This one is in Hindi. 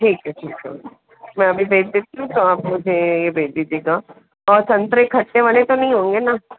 ठीक है ठीक है मैं अभी भेज देती हूँ तो आप मुझे ये भेज दीजिएगा और संतरे खट्टे वाले तो नहीं होंगे ना